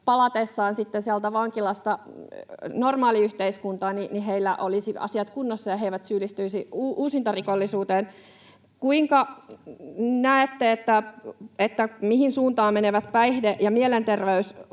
palatessaan sieltä vankilasta normaaliyhteiskuntaan olisivat asiat kunnossa ja he eivät syyllistyisi uusintarikollisuuteen. Kuinka näette: mihin suuntaan menevät päihde- ja